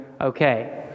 Okay